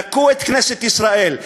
נקו את כנסת ישראל,